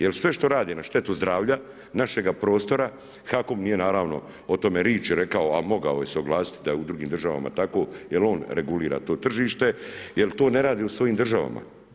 Jer sve što rade na štetu zdravlja, našega prostora, HAKOM nije naravno o tome riječi rekao, a mogao se usuglasiti da je u drugim državama tako, jer on regulira to tržište, jer to ne radi u svojim državama.